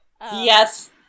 Yes